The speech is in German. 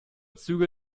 züge